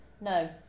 No